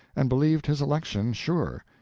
and believed his election sure.